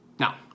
Now